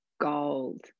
gold